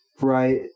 right